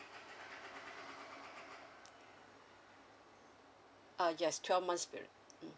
uh yes twelve months' period